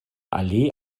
allee